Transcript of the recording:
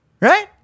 Right